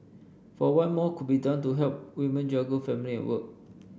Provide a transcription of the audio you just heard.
for one more could be done to help women juggle family and work